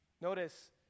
Notice